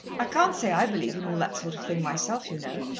i can't say i believe in all that sort of thing myself, you know.